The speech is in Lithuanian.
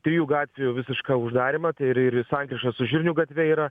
trijų gatvių visišką uždarymą tai ir ir sankryža su žirnių gatve yra